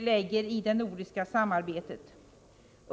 lägger i detta samarbete.